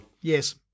Yes